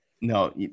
no